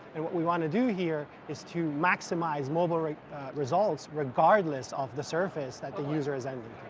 and what we want to do here is to maximize mobile results regardless of the surface that the user has ended.